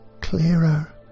clearer